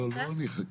לא, אני אחכה.